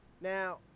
Now